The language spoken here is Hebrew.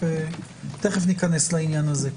תכף ניכנס לעניין הזה.